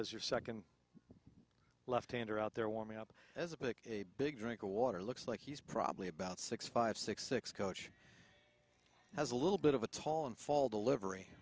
as your second left hander out there warming up as a pick a big drink of water looks like he's probably about six five six six coach has a little bit of a tall and fall delivery